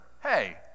hey